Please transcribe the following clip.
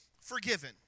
forgiven